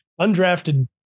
undrafted